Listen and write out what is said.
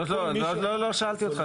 לא שאלתי אותך.